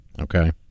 okay